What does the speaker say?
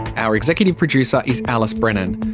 our executive producer is alice brennan.